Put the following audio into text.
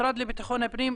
המשרד לביטחון פנים,